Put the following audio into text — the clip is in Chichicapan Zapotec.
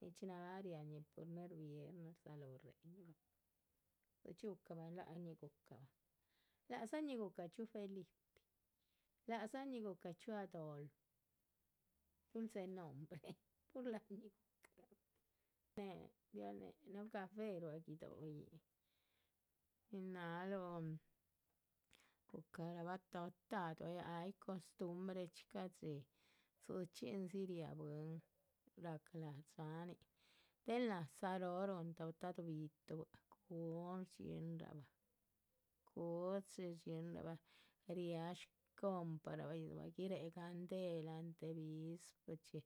Nichxí náha riáha ñih primer viernes, nichxí guhucabah, dzichxí guhucabah láhañih gucahbah, ládzañih gucah chxíu felipi, ládzañih gucah chxíu adolfo. dulce nombre pur láhañih guhucarabah, ya néhe núhu café ruá guido´, nin náhaluh gucaharabah toptaduh ay costumbrechxi ca´dxi dzichxín dzi riáha bwín. rahca láha dxáhanin del náha záa róho rúhun toptaduh bi´tuh bua´c gun shdxíhinrabah, cuchi shdxíhinrabah riáha shcomparabah yíhdzirabah dxí gandelahan de visprachxí.